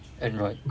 android